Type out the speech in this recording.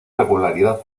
regularidad